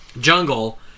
Jungle